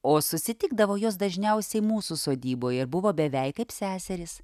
o susitikdavo jos dažniausiai mūsų sodyboje ir buvo beveik kaip seserys